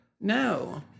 No